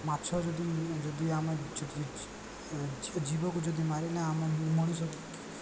ମାଛ ଯଦି ଯଦି ଆମେ ଜୀବକୁ ଯଦି ମାରିଲେ ଆମ ମଣିଷ